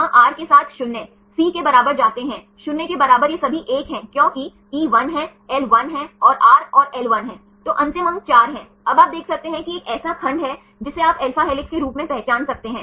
यदि यह Ra plus Rb से कम है और छोटे ra प्लस से छोटे rb से अधिक है तो यह संभव है लेकिन इस मामले में स्वतंत्र रूप से संभव नहीं है कि उन्होंने उल्लेख किया है कि यह आंशिक रूप से अनुमत है